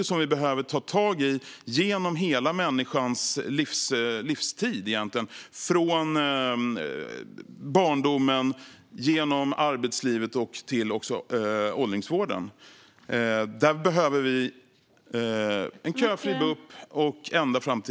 Vi behöver egentligen ta tag i den under hela människans livstid, från barndomen, genom arbetslivet och till åldringsvården. Vi behöver en köfri BUP och stärkt psykiatri.